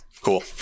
cool